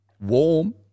Warm